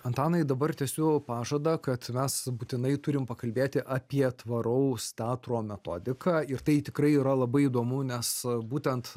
antanai dabar tęsiu pažadą kad mes būtinai turim pakalbėti apie tvaraus teatro metodiką ir tai tikrai yra labai įdomu nes būtent